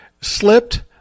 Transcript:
slipped